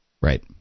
Right